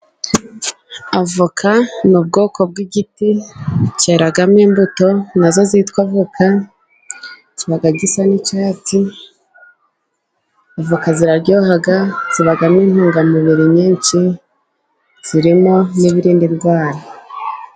Avoka ni ubwoko bw' igiti cyeragamo imbuto, nazo zitwa avoka, kiba gisa n' icyatsi; avoka ziraryoha, zibagamo intungamubiri nyinshi, zirimo n' ibirinda ndwara.